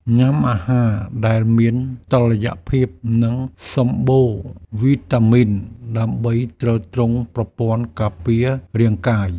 ញ៉ាំអាហារដែលមានតុល្យភាព និងសម្បូរវីតាមីន ដើម្បីទ្រទ្រង់ប្រព័ន្ធការពាររាងកាយ។